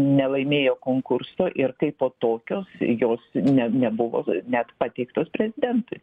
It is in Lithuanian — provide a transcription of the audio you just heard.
nelaimėjo konkurso ir kaipo tokios jos ne nebuvo net pateiktos prezidentui